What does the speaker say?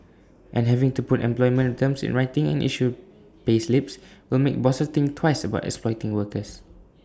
and having to put employment terms in writing and issue payslips will make bosses think twice about exploiting workers